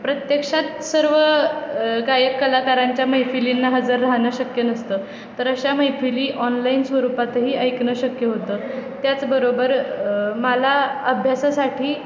प्रत्यक्षात सर्व गायक कलाकारांच्या मैफिलींना हजर राहणं शक्य नसतं तर अशा मैफिली ऑनलाईन स्वरूपातही ऐकणं शक्य होतं त्याचबरोबर मला अभ्यासासाठी